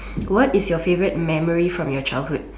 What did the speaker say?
what is your favorite memory from your childhood